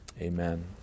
Amen